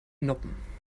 noppen